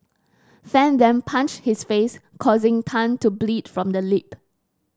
fan then punched his face causing Tan to bleed from the lip